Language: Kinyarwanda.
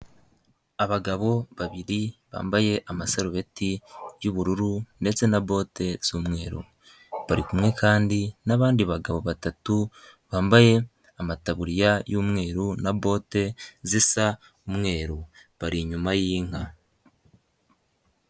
Abagabo babiri bambaye amaserubeti y'ubururu ndetse na bote z'umweru bari kumwe kandi n'abandi bagabo batatu bambaye amataburiya y'umweru na bote zisa umweru bari inyuma yinka.